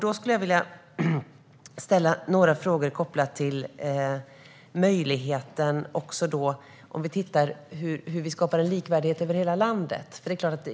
Därför skulle jag vilja ställa några frågor om hur vi skapar en likvärdighet över hela landet.